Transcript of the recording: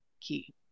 key